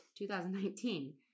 2019